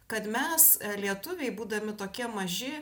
kad mes lietuviai būdami tokie maži